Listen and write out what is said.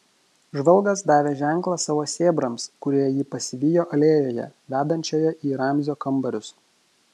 žvalgas davė ženklą savo sėbrams kurie jį pasivijo alėjoje vedančioje į ramzio kambarius